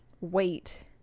wait